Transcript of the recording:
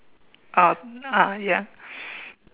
um ah ya